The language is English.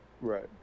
Right